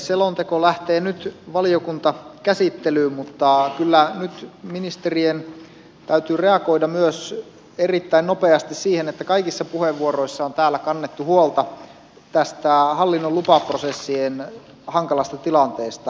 selonteko lähtee nyt valiokuntakäsittelyyn mutta kyllä nyt ministerien täytyy reagoida myös erittäin nopeasti siihen että kaikissa puheenvuoroissa on täällä kannettu huolta tästä hallinnon lupaprosessien hankalasta tilanteesta